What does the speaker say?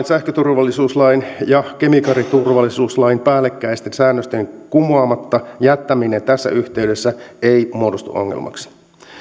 sähköturvallisuuslain ja kemikaaliturvallisuuslain päällekkäisten säännösten kumoamatta jättäminen tässä yhteydessä ei muodostu ongelmaksi